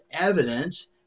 evidence